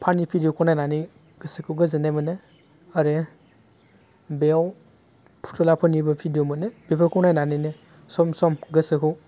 फानि भिडिअखौ नायनानै गोसोखौ गोजोन्नाय मोनो आरो बेयाव फुथुलाफोरनिबो भिडिअ मोनो बेफोरखौ नायनानैनो सम सम गोसोखौ